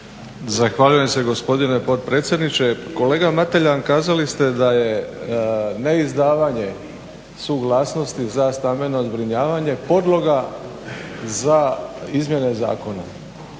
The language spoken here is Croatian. Zahvaljujem se gospodine potpredsjedniče, kolega Mateljan, kazali ste da je neizdavanje suglasnosti za stambeno zbrinjavanje podloga za izmjene zakona.